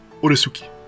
Oresuki